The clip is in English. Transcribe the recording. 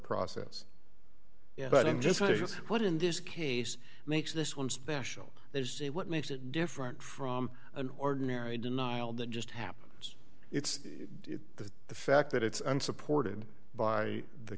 process yes but i'm just curious what in this case makes this one special there's a what makes it different from an ordinary denial that just happens it's the fact that it's unsupported by the